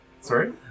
Sorry